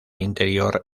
interior